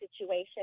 situation